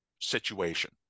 situation